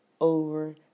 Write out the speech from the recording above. over